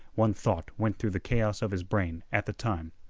one thought went through the chaos of his brain at the time.